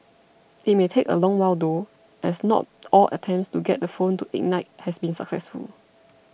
it may take a long while though as not all attempts to get the phone to ignite has been successful